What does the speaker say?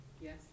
Yes